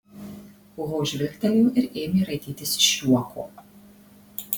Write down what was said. ho žvilgtelėjo ir ėmė raitytis iš juoko